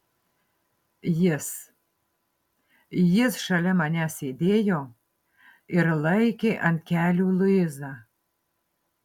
jis jis šalia manęs sėdėjo ir laikė ant kelių luizą